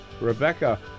Rebecca